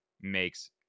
makes